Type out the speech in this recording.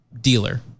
dealer